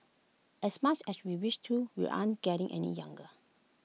as much as we wish to we aren't getting any younger